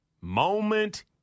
moment